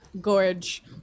Gorge